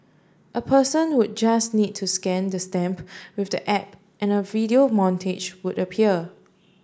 a person would just need to scan the stamp with the app and a video montage would appear